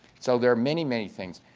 so there are many, many things.